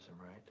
right